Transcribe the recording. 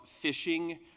fishing